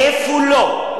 איפה לא?